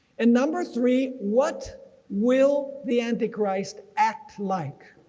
and number three, what will the antichrist act like.